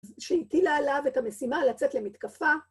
שהיא הטילה עליו את המשימה לצאת למתקפה.